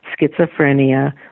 schizophrenia